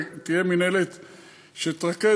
ותהיה מינהלת שתרכז,